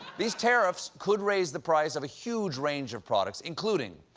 these tariffs could raise the price of a huge range of products including,